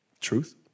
Truth